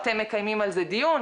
שאתם מקיימים על זה דיון,